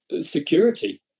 Security